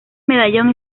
medallón